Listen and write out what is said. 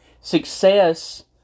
Success